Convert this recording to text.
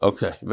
Okay